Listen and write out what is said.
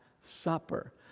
supper